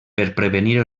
prevenir